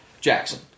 Jackson